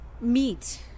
meet